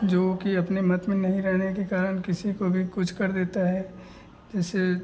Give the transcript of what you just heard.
जोकि अपने मत में नहीं रहने के कारण किसी को भी कुछ कर देता है जैसे